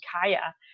Kaya